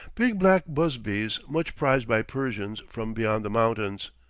big black busbies much prized by persians from beyond the mountains.